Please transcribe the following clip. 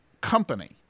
company